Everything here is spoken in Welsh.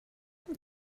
wyt